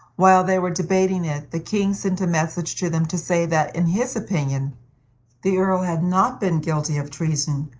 while they were debating it, the king sent a message to them to say that in his opinion the earl had not been guilty of treason,